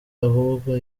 ahubwo